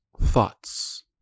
thoughts